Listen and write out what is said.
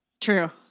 True